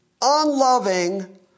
unloving